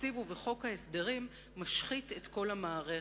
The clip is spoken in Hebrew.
בתקציב ובחוק ההסדרים משחית את כל המערכת,